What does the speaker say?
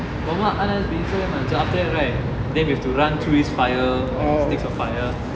warm up so after that right then we have to run through this fire sticks of fire